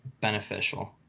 beneficial